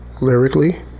lyrically